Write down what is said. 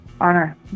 honor